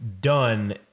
done